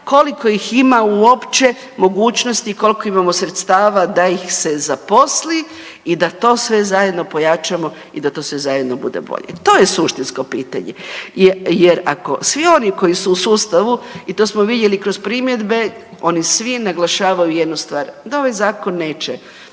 koliko ih ima uopće mogućnosti i koliko imamo sredstava da ih se zaposli i da to sve zajedno pojačamo i da to sve zajedno bude bolje. To je suštinsko pitanje jer ako svi oni koji su uz sustavu i to smo vidjeli kroz primjedbe oni svi naglašavaju jednu stvar, da ovaj zakon neće